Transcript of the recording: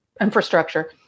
infrastructure